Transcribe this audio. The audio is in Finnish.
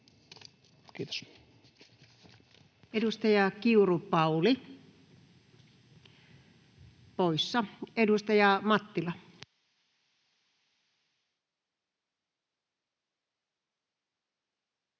Content: Edustaja Kiuru, Pauli poissa. — Edustaja Mattila. [Speech